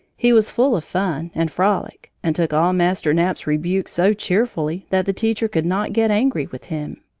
he was full of fun and frolic and took all master knapp's rebukes so cheerfully that the teacher could not get angry with him.